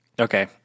Okay